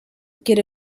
get